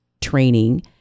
training